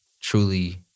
truly